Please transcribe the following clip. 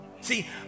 See